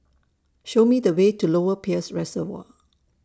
Show Me The Way to Lower Peirce Reservoir